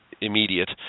immediate